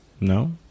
No